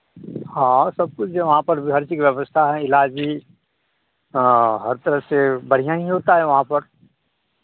हाँ सब कुछ भी वहाँ पर भी हर चीज़ की व्यवस्था है इलाज भी हाँ हर तरह से बढ़ियाँ ही होता है वहाँ पर